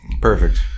Perfect